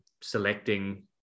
selecting